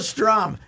Strum